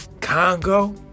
Congo